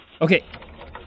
Okay